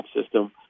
system